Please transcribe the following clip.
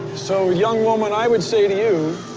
so young woman, i would say to you